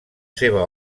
seva